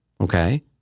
okay